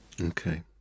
Okay